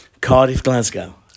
Cardiff-Glasgow